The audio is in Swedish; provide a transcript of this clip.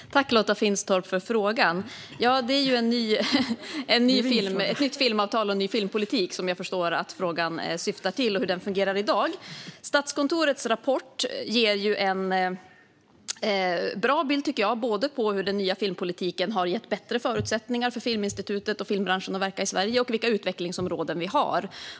Fru talman! Tack, Lotta Finstorp, för frågan! Det är hur ett nytt filmavtal och en ny filmpolitik fungerar i dag som jag förstår att frågan syftar på. Statskontorets rapport ger en bra bild av hur den nya filmpolitiken har gett bättre förutsättningar för Filminstitutet och filmbranschen att verka i Sverige och vilka utvecklingsområden som finns.